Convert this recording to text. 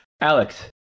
Alex